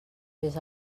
fes